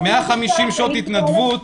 150 שעות התנדבות,